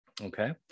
Okay